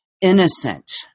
innocent